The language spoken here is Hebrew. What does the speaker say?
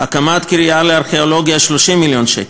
הקמת קריה לארכיאולוגיה, 30 מיליון שקל,